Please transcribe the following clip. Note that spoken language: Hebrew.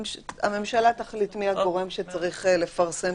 הממשלה תחליט מי הגורם שצריך לפרסם.